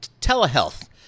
telehealth